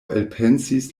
elpensis